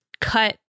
cut